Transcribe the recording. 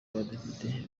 badepite